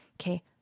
okay